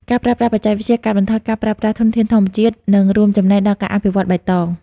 ការប្រើប្រាស់បច្ចេកវិទ្យាកាត់បន្ថយការប្រើប្រាស់ធនធានធម្មជាតិ និងរួមចំណែកដល់ការអភិវឌ្ឍបៃតង។